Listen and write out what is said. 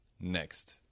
next